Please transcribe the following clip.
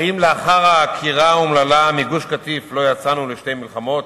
האם לאחר העקירה האומללה מגוש-קטיף לא יצאנו לשתי מלחמות?